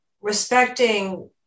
respecting